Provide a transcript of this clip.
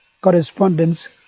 correspondence